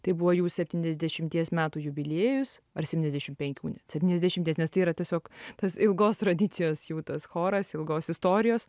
tai buvo jų septyniasdešimties metų jubiliejus ar septyniasdešim penkių septyniasdešimties nes tai yra tiesiog tas ilgos tradicijos jau tas choras ilgos istorijos